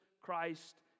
Christ